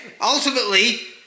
ultimately